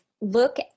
look